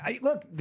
look